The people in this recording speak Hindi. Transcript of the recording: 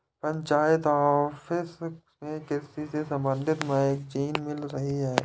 पंचायत ऑफिस में कृषि से संबंधित मैगजीन मिल रही है